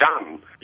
done